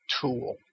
tool